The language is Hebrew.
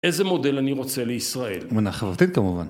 איזה מודל אני רוצה לישראל? מנה חברתית כמובן